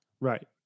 Right